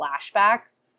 flashbacks